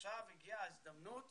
עכשיו הגיעה ההזדמנות